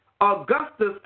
Augustus